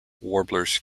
warblers